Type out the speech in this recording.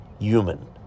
human